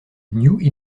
new